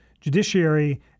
judiciary